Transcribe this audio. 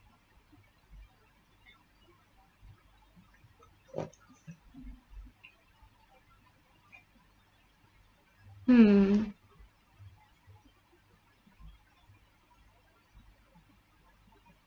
mm